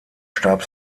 starb